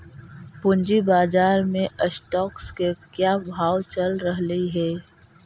पूंजी बाजार में स्टॉक्स के क्या भाव चल रहलई हे